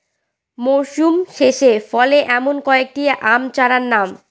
মরশুম শেষে ফলে এমন কয়েক টি আম চারার নাম?